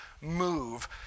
move